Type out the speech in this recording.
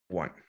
one